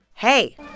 Hey